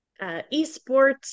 esports